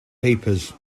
papers